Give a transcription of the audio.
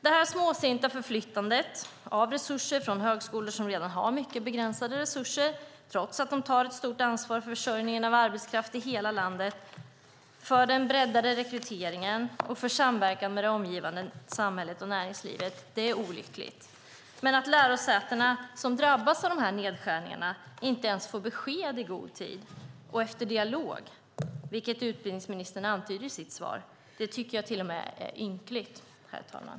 Detta småsinta förflyttande av resurser från högskolor som redan har mycket begränsade resurser, trots att de tar ett stort ansvar för försörjningen av arbetskraft i hela landet, för den breddade rekryteringen och för samverkan med det omgivande samhället och näringslivet, är olyckligt. Att lärosätena som drabbas av dessa nedskärningar inte ens får besked i god tid och efter dialog, vilket utbildningsministern antyder i sitt svar, är till och med ynkligt, fru talman.